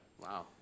Wow